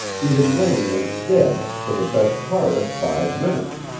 he had lain as dead, for the best part of five minutes.